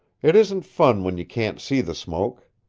it isn't fun when you can't see the smoke.